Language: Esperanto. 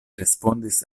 respondis